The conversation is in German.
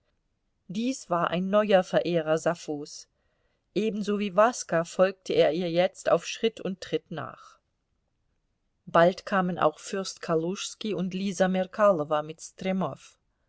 dies war ein neuer verehrer sapphos ebenso wie waska folgte er ihr jetzt auf schritt und tritt nach bald kamen auch fürst kaluschski und lisa merkalowa mit stremow